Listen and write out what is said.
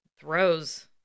throws